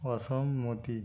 অসম্মতি